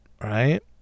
right